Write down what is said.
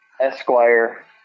Esquire